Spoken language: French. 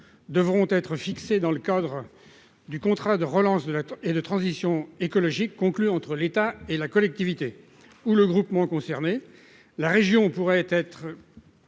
devront être fixées dans le cadre du contrat de relance et de transition écologique conclu entre l'État et la collectivité ou le groupement concernés. La région pourrait être